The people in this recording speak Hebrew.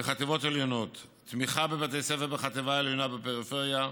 בחטיבה העליונה: תמיכה בבתי ספר בחטיבה עליונה בפריפריה.